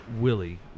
Willie